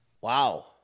wow